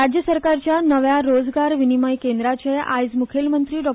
राज्य सरकारच्या नव्या रोजगार विनिमय केंद्राचे आयज मुखेलमंत्री डॉ